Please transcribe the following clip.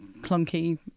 clunky